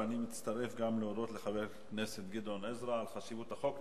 ואני מצטרף גם להודות לחבר הכנסת גדעון עזרא על חשיבות החוק.